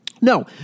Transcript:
No